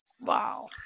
Wow